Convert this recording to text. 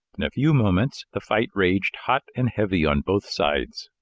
in a few moments, the fight raged hot and heavy on both sides.